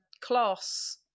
class